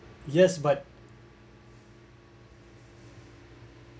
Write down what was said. yes but